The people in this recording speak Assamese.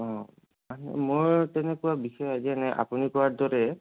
অঁ মোৰ তেনেকুৱা বিষয়ে আজি এনে আপুনি কোৱাৰ দৰে